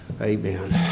Amen